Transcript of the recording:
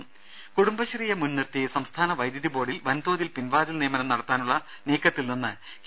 രുമ കുടുംബശ്രീയെ മുൻനിർത്തി സംസ്ഥാന വൈദ്യുത ബോർഡിൽ വൻതോതിൽ പിൻവാതിൽ നിയമനം നടത്താനുള്ള നീക്കത്തിൽ നിന്ന് കെ